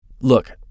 Look